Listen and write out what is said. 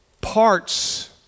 parts